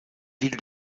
ville